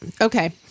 Okay